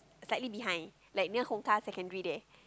slightly behind like near Hong-Kar-Secondary there